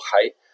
height